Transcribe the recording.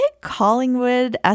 collingwood